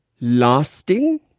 lasting